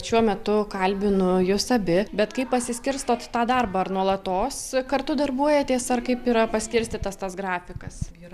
šiuo metu kalbinu jus abi bet kaip pasiskirstot tą darbą ar nuolatos kartu darbuojatės ar kaip yra paskirstytas tas grafikas yra